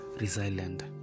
resilient